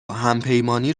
همپیمانی